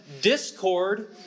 discord